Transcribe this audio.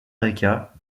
rica